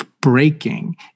breaking